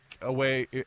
away